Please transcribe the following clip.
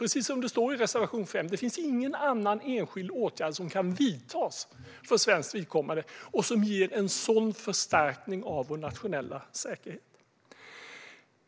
Precis som det står i reservation 5 finns det ingen annan enskild åtgärd som kan vidtas för svenskt vidkommande som ger en sådan förstärkning av vår nationella säkerhet.